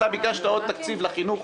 אתה ביקשת עוד תקציב לחינוך